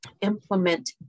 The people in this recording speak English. implement